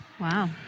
Wow